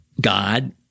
God